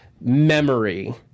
memory